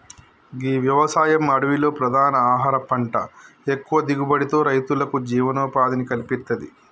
గీ వ్యవసాయం అడవిలో ప్రధాన ఆహార పంట ఎక్కువ దిగుబడితో రైతులకు జీవనోపాధిని కల్పిత్తది